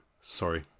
Sorry